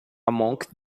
monk